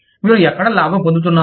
మీరు ఎక్కడ లాభం పొందుతున్నారు